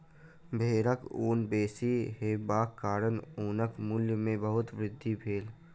भेड़क ऊन बेसी हेबाक कारणेँ ऊनक मूल्य में बहुत वृद्धि भेल